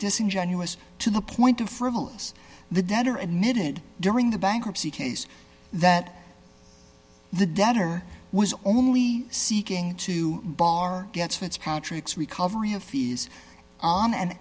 disingenuous to the point of frivolous the debtor admitted during the bankruptcy case that the debtor was only seeking to bar gets fitzpatrick's recovery of fees on and